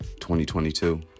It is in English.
2022